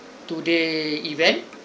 two day event